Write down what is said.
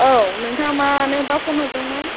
औ नोंथाङा मानोबा फन हरदोंमोन